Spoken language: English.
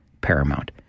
paramount